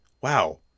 Wow